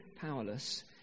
powerless